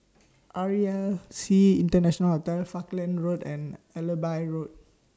R E L C International Hotel Falkland Road and Allenby Road